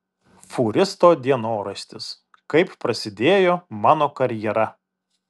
fūristo dienoraštis kaip prasidėjo mano karjera